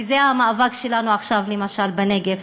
וזה המאבק שלנו עכשיו למשל בנגב.